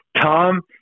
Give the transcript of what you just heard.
Tom